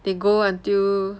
they go until